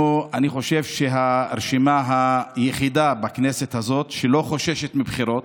אני חושב שאנחנו הרשימה היחידה בכנסת הזאת שלא חוששת מבחירות,